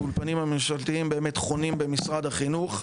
האולפנים הממשלתיים חונים במשרד החינוך,